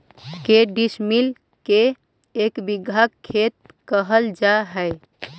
के डिसमिल के एक बिघा खेत कहल जा है?